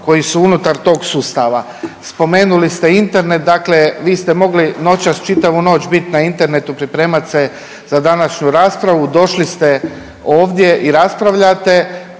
koji su unutar tog sustava. Spomenuli ste Internet, dakle vi ste mogli noćas čitavu noć bit na internetu, pripremat se za današnju raspravu, došli ste ovdje i raspravljate